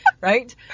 right